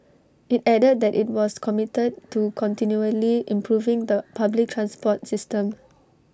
IT added that IT was committed to continually improving the public transport system